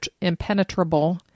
impenetrable